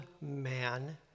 man